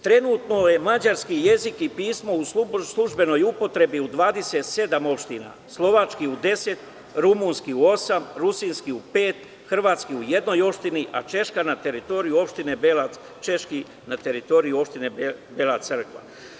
Trenutno je mađarski jezik i pismo u službenoj upotrebi u 27 opština – slovački u 10, rumunski u osam, rusinski u pet, hrvatski u jednoj opštini, a češki na teritoriji opštine Bela Crkva.